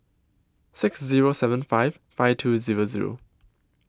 six Zero seven five five two Zero Zero